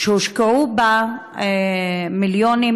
שהושקעו בה מיליונים,